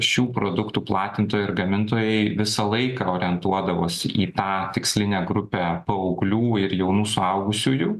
šių produktų platintojai ir gamintojai visą laiką orientuodavosi į tą tikslinę grupę paauglių ir jaunų suaugusiųjų